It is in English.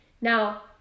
Now